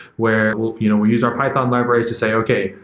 where you know we use our python libraries to say, okay,